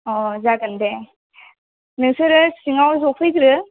अ जागोन दे नोंसोरो सिङाव जफैग्रो